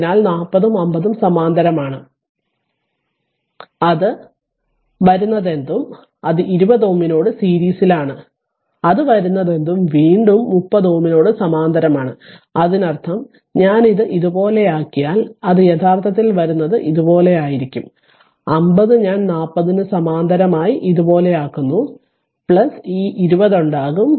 അതിനാൽ 40 ഉം 50 ഉം സമാന്തരമാണ് അത് വരുന്നതെന്തും അത് 20 ohm നോട് സീരീസിലാണ് അത് വരുന്നതെന്തും വീണ്ടും 30 ohm നോട് സമാന്തരമാണ് അതിനർത്ഥം ഞാനിത് ഇതുപോലെയാക്കിയാൽ അത് യഥാർത്ഥത്തിൽ വരുന്നത് ഇത് പോലെ ആയിരിക്കും 50 ഞാൻ 40 ന് സമാന്തരമായി ഇതുപോലെയാക്കുന്നു ഈ 20 ഉണ്ടാകും